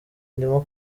ndimo